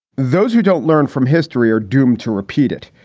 those who don't learn from history are doomed to repeat it.